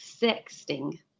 sexting